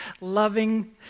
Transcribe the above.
loving